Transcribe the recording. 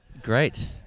Great